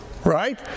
Right